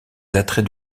attraits